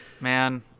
Man